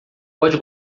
pode